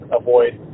avoid